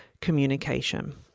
communication